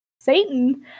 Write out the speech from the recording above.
Satan